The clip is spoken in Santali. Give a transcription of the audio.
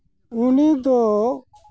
ᱩᱱᱤ ᱫᱚ